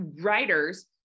writers